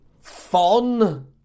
fun